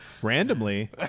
randomly